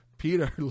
Peter